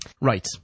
Right